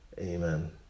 Amen